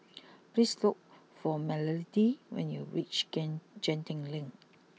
please look for Melodee when you reach Genting Link